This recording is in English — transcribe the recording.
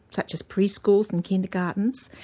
such as pre-schools and kindergartens,